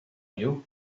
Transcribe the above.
you